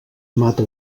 mata